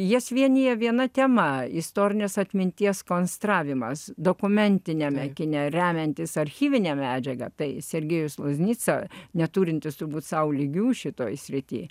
jas vienija viena tema istorinės atminties konstravimas dokumentiniame kine remiantis archyvine medžiaga tai sergejus luznica neturintis turbūt sau lygių šitoj srity